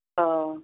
अह